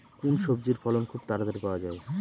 কোন সবজির ফলন খুব তাড়াতাড়ি পাওয়া যায়?